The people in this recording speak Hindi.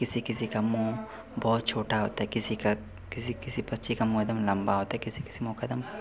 किसी किसी का मुँह बहुत छोटा होता है किसी का किसी किसी पक्षी का मुँह एक दम लम्बा होता है किसी किसी मुख एक दम